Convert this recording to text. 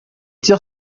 tire